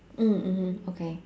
mm mmhmm okay